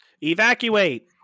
Evacuate